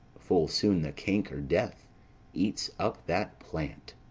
full soon the canker death eats up that plant.